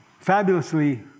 fabulously